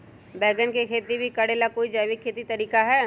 बैंगन के खेती भी करे ला का कोई जैविक तरीका है?